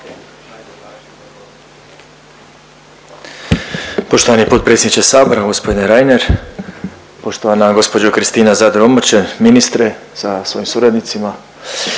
Poštovani potpredsjedniče Sabora g. Reiner, poštovana gospođo Kristina Zadro Omrčen, ministre sa svojim suradnicima.